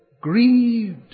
Grieved